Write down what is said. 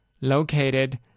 Located